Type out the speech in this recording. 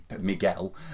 Miguel